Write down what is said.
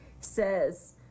says